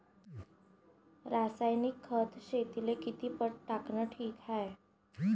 रासायनिक खत शेतीले किती पट टाकनं ठीक हाये?